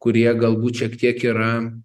kurie galbūt šiek tiek yra